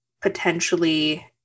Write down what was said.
potentially